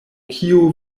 kio